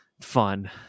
fun